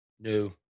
No